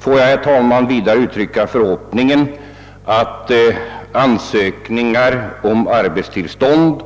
Får jag, herr talman, vidare uitrycka förhoppningen att ansökningar om arbetstillstånd